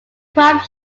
crime